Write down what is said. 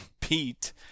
Pete